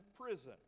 prison